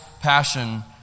passion